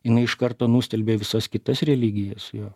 jinai iš karto nustelbė visas kitas religijas jo